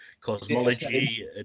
cosmology